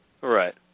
Right